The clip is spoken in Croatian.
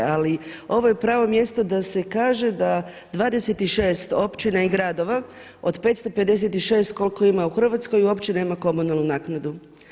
Ali ovo je pravo mjesto da se kaže da 26 općina i gradova od 556 koliko ima u Hrvatskoj uopće nema komunalnu naknadu.